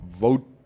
vote